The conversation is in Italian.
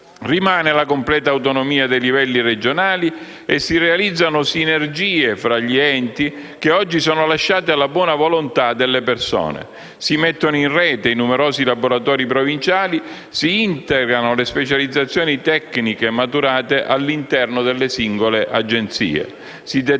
Rimane la completa autonomia dei livelli regionali e si realizzano sinergie fra gli enti, che oggi sono lasciate alla buona volontà delle persone. Si mettono in rete i numerosi laboratori provinciali, si integrano le specializzazioni tecniche maturate all'interno delle singole Agenzie. Si determinano